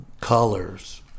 colors